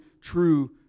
true